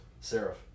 Seraph